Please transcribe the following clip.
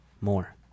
more